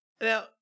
Now